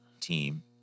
team